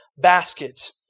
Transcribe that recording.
Baskets